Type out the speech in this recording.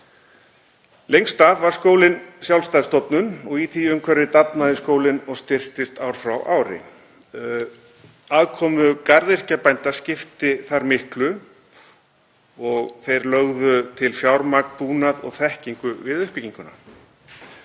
Lengst af var skólinn sjálfstæð stofnun og í því umhverfi dafnaði skólinn og styrktist ár frá ári. Aðkoma garðyrkjubænda skipti þar miklu og þeir lögðu til fjármagn, búnað og þekkingu við uppbygginguna.